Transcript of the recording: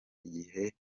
igihe